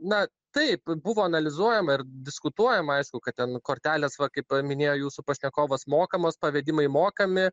na taip buvo analizuojama ir diskutuojama aišku kad ten kortelės va kaip minėjo jūsų pašnekovas mokamos pavedimai mokami